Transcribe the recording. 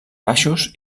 baixos